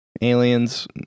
aliens